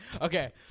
okay